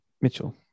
Mitchell